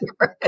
Right